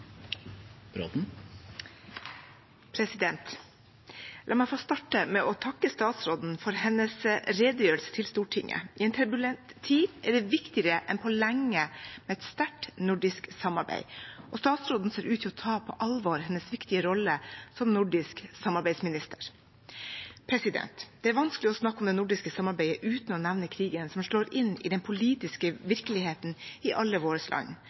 La meg få starte med å takke statsråden for hennes redegjørelse til Stortinget. I en turbulent tid er det viktigere enn på lenge med et sterkt nordisk samarbeid, og statsråden ser ut til å ta hennes viktige rolle som nordisk samarbeidsminister på alvor. Det er vanskelig å snakke om det nordiske samarbeidet uten å nevne krigen, som slår inn i den politiske virkeligheten i alle våre land.